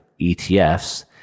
ETFs